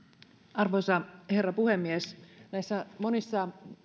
arvoisa herra puhemies näissä monissa